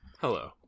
Hello